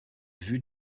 vue